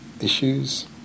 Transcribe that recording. issues